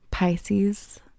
Pisces